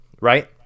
right